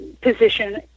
position